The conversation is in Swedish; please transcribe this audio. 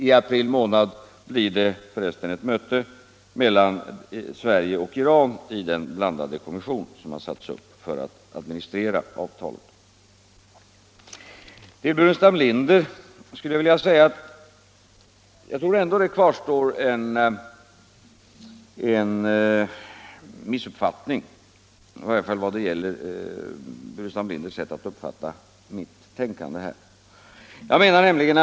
I april månad blir det ett möte mellan Sverige och Iran i den blandade kommission som tillsatts för att administrera avtalet. Till herr Burenstam Linder skulle jag vilja säga att jag tror att det ändå kvarstår en missuppfattning i varje fall när det gäller herr Burenstam Linders sätt att uppfatta mitt tänkande i den här frågan.